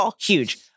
huge